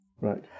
Right